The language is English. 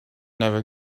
never